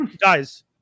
Guys